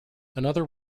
another